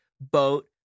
boat